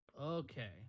Okay